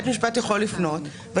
בית המשפט יכול לפנות אליו,